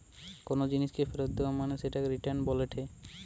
কোনো জিনিসকে ফেরত দেয়া মানে সেটাকে রিটার্ন বলেটে